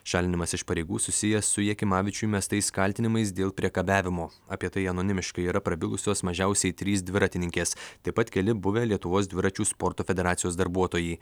šalinimas iš pareigų susijęs su jakimavičiui mestais kaltinimais dėl priekabiavimo apie tai anonimiškai yra prabilusios mažiausiai trys dviratininkės taip pat keli buvę lietuvos dviračių sporto federacijos darbuotojai